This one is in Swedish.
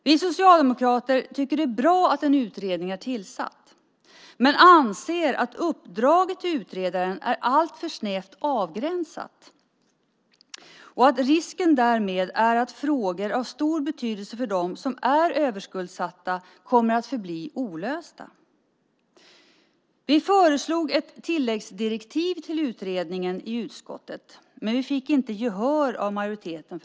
Vi socialdemokrater tycker att det är bra att en utredning är tillsatt men anser att uppdraget till utredaren är alltför snävt avgränsat och att risken är att frågor av stor betydelse för dem som är överskuldsatta därför kommer att förbli olösta. Vi föreslog ett tilläggsdirektiv till utredningen i utskottet men fick inte gehör för det hos majoriteten.